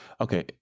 okay